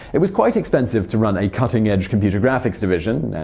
it was quite expensive to run a cutting edge computer graphics division. and